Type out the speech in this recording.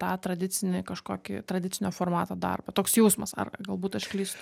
tą tradicinį kažkokį tradicinio formato darbą toks jausmas ar galbūt aš klystu